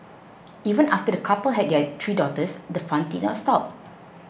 even after the couple had their three daughters the fun did not stop